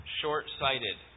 short-sighted